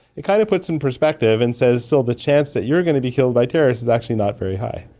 it kind of puts it in perspective and says so the chance that you're going to be killed by terrorists is actually not very high.